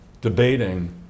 debating